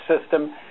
system